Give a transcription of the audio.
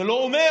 זה לא אומר